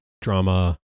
drama